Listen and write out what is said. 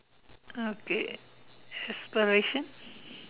okay aspirations